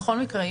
בכל מקרה,